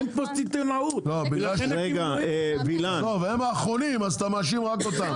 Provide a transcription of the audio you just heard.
אין פה סיטונאות ולכן --- אבל הם האחרונים אז אתה מאשים רק אותם.